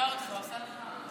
מצחיקה אותך, עושה לך,